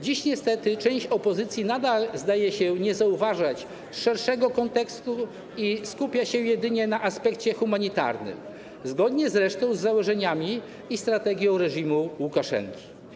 Dziś niestety część opozycji nadal zdaje się nie zauważać szerszego kontekstu i skupia się jedynie na aspekcie humanitarnym, zgodnie zresztą z założeniami i strategią reżimu Łukaszenki.